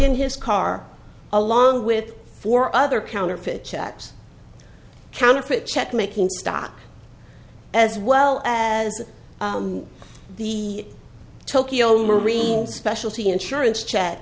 in his car along with four other counterfeit checks counterfeit check making stock as well as the tokyo marines specialty insurance ch